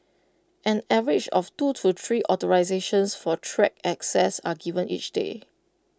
an average of two to three authorisations for track access are given each day